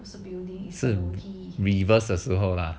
reverse 的时候啦